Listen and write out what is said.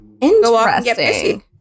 interesting